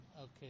Okay